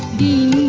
be